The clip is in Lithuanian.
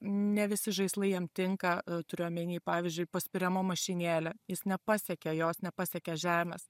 ne visi žaislai jam tinka turiu omeny pavyzdžiui paspiriama mašinėlę jis nepasiekia jos nepasiekia žemės